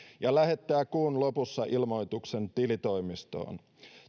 ja lähettää kuun lopussa ilmoituksen tilitoimistoon